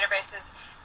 databases